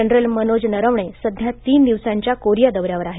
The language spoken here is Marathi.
जनरल मनोज नरवणे सध्या तीन दिवसांच्या कोरिया दौर्यावर आहेत